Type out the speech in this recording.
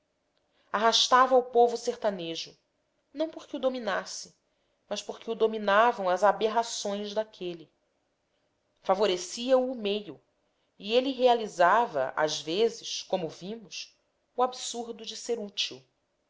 arrastava o povo sertanejo não porque o dominasse mas porque o dominavam as aberrações daquele favorecia o o meio e ele realizava às vezes como vimos o absurdo de ser útil